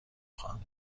خواهم